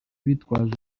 bitwaje